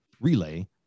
relay